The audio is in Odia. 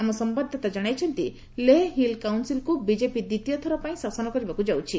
ଆମ ସମ୍ଭାଦଦାତା ଜଣାଇଛନ୍ତି ଲେହ ହିଲ୍ କାଉନସିଲ୍ କୁ ବିଜେପି ଦ୍ୱିତୀୟଥର ପାଇଁ ଶାସନ କରିବାକୁ ଯାଉଛି